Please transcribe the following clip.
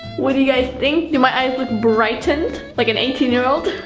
what do you guys think? do my eyes look brightened like an eighteen year old?